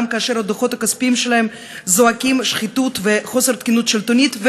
גם כאשר הדוחות הכספיים שלהם זועקים שחיתות וחוסר תקינות שלטונית,